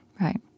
right